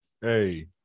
Hey